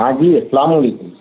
ہاں جی السلام علیکم